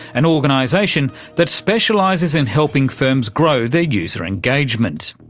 an organisation that specialises in helping firms grow their user engagement.